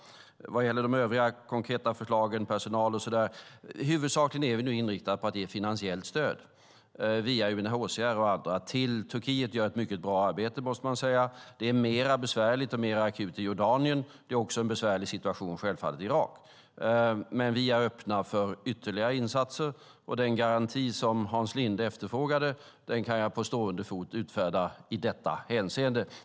Vad gäller de övriga konkreta förslagen, om personal och så vidare, kan jag säga att vi nu huvudsakligen är inriktade på att ge finansiellt stöd via UNHCR och andra. Turkiet gör ett mycket bra arbete, måste man säga. Det är besvärligare och mer akut i Jordanien. Det är också självklart en besvärlig situation i Irak. Men vi är öppna för ytterligare insatser. Den garanti som Hans Linde efterfrågade kan jag utfärda på stående fot i detta hänseende.